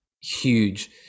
Huge